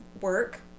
work